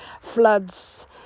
floods